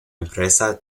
empresa